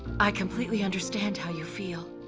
i completely understand how you feel.